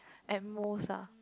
at most ah